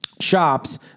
shops